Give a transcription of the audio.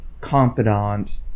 confidant